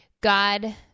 God